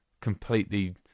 completely